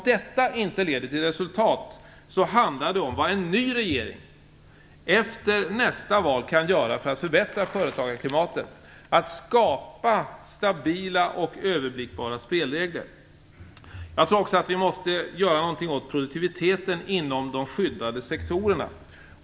Jag tror också att vi måste göra någonting åt produktiviteten inom de skyddade sektorerna.